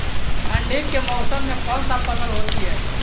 ठंडी के मौसम में कौन सा फसल होती है?